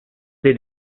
the